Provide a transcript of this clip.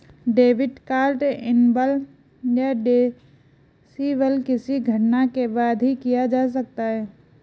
debit card enable या disable किसी घटना के बाद ही किया जा सकता है